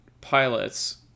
pilots